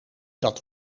dat